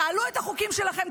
תעלו את החוקים שלכם,